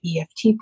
EFT